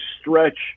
stretch